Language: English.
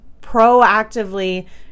proactively